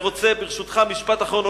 אני רוצה, ברשותך, משפט אחרון.